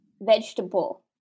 vegetable